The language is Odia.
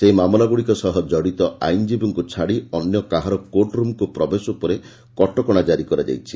ସେହି ମାମଲାଗୁଡ଼ିକ ସହ କଡ଼ିତ ଆଇନଜୀବୀଙ୍କୁ ଛାଡ଼ି ଅନ୍ୟ କାହାର କୋର୍ଟ ରୁମ୍କୁ ପ୍ରବେଶ ଉପରେ କଟକଶା ଜାରି କରାଯାଇଛି